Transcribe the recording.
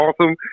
awesome